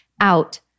out